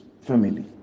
family